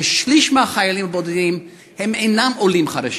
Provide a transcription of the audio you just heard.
ששליש מהחיילים הבודדים אינם עולים חדשים,